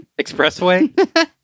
Expressway